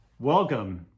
Welcome